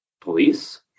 police